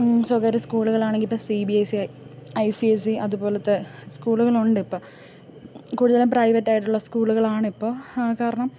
സ്വകാര്യ സ്കൂളുകളാണെങ്കിൽ ഇപ്പോൾ C B S E I C S E അതു പോലത്തെ സ്കൂളുകൾ ഉണ്ടിപ്പോൾ കൂടുതലും പ്രൈവറ്റായിട്ടുള്ള സ്കൂളുകളാണിപ്പോൾ കാരണം